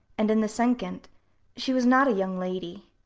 and in the second she was not a young lady.